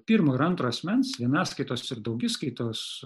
pirmo ir antro asmens vienaskaitos ir daugiskaitos